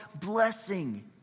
blessing